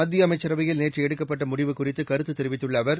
மத்திய அமைச்சரவையில் நேற்று எடுக்கப்பட்ட முடிவு குறித்து கருத்து தெரிவித்துள்ள அவர்